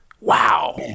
Wow